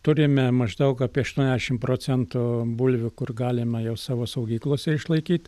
turime maždaug apie aštuoniasdešimt procentų bulvių kur galima jau savo saugyklose išlaikyt